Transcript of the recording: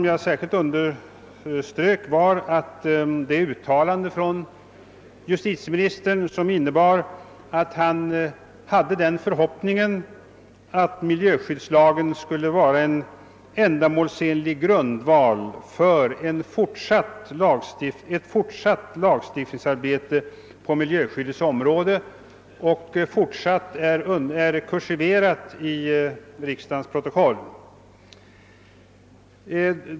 Jag underströk särskilt justitieministerns uttalande, att han hade den förhoppningen att miljöskyddslagen skulle vara en ändamålsenlig grundval för ett fortsatt lagstiftningsarbete på miljöskyddets område — ordet >fortsatt» är kursiverat i riksdagens protokoll.